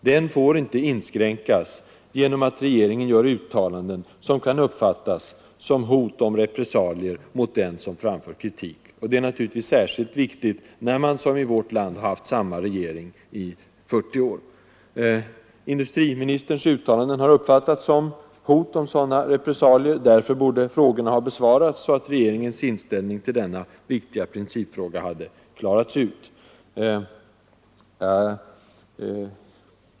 Den får inte inskränkas genom att regeringen gör uttalanden som kan uppfattas som hot om repressalier mot den som framför kritik. Det är naturligtvis särskilt viktigt när man, som i vårt land, har haft samma regering i 40 år. Industriministerns uttalanden har uppfattats som hot om sådana här repressalier. Därför borde frågorna ha besvarats, så att regeringens inställning till denna viktiga principfråga hade klarats ut.